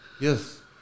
Yes